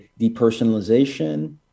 depersonalization